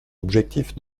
objectif